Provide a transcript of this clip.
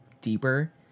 deeper